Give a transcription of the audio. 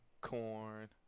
corn